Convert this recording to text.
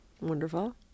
Wonderful